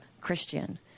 christian